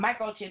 microchip